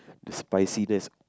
the spiciness